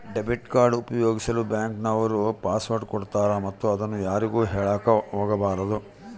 debit card ಉಪಯೋಗಿಸಲು bank ನವರು password ಕೊಡ್ತಾರೆ ಮತ್ತು ಅದನ್ನು ಯಾರಿಗೂ ಹೇಳಕ ಒಗಬಾರದು